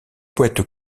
poète